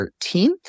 13th